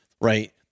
right